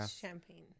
champagne